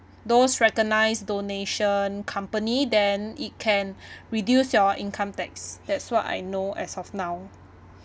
those recognised donation company then it can reduce your income tax that's what I know as of now